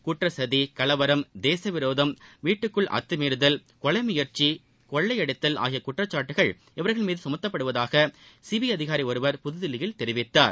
குற்ற சதி கலவரம் தேசவிரோதம் வீட்டுக்குள் அத்துமீறுதல் கொலை முயற்சி கொள்யைடித்தல் ஆகிய குற்றச்சாட்டுக்கள் இவர்கள் மீது குமத்தப்பட்டிருப்பதாக சிபிஐ அதிகாரி ஒருவர் புதுதில்லியில் தெரிவித்தார்